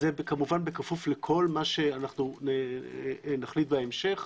זה כמובן בכפוף לכל מה שנחליט בהמשך,